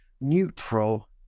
neutral